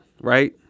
Right